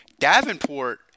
Davenport